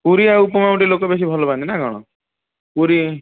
ପୁରି ଆଉ ଉପମାକୁ ଟିକେ ଲୋକ ବେଶୀ ଟିକେ ଭଲ ପାଆନ୍ତି ନା କ'ଣ ପୁରି